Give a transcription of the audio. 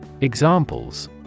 Examples